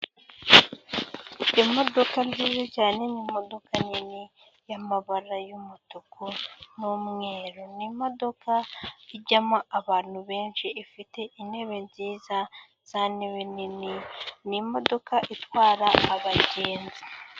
Imodoka nziza cyane ni imodoka nini y'amabara y'umutuku n'umweru. Ni imodoka ijyamo abantu benshi, ifite intebe nziza za ntebe nini. Ni imodoka itwara abagenzi.